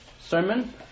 Sermon